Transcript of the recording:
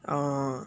orh